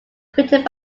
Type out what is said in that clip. created